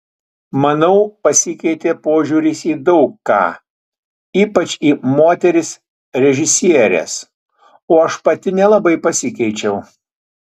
manau pasikeitė požiūris į daug ką ypač į moteris režisieres o aš pati nelabai pasikeičiau